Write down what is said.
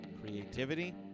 creativity